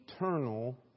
eternal